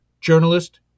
journalist